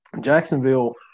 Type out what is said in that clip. Jacksonville